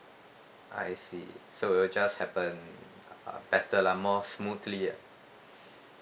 I see so it will just happen uh better lah more smoothly ah